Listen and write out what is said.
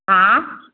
आँय